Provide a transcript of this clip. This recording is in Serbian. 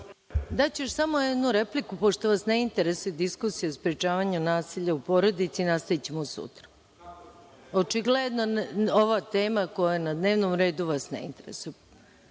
Daću još samo jednu repliku, pošto vas ne interesuje diskusija o sprečavanju nasilja u porodici i nastavićemo sutra. Očigledno da ova tema koja je na dnevnom redu vas ne interesuje.